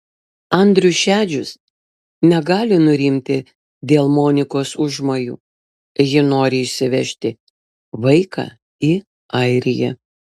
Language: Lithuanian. andrius šedžius negali nurimti dėl monikos užmojų ji nori išsivežti vaiką į airiją